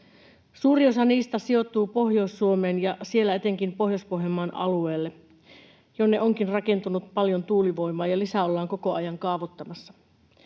Suuri osa niistä sijoittuu Pohjois-Suomeen ja siellä etenkin Pohjois-Pohjanmaan alueelle, jonne onkin rakentunut paljon tuulivoimaa ja lisää ollaan koko ajan kaavoittamassa.